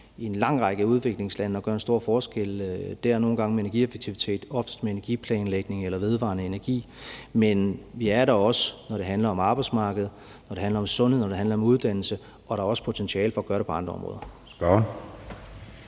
i en lang række udviklingslande, hvor vi nogle gange også gør en stor forskel med energieffektivitet og med energiplanlægning eller vedvarende energi. Men vi er der også, når det handler om arbejdsmarkedet, når det handler om sundhed, og når handler om uddannelse, og der er også et potentiale for at gøre det på andre områder.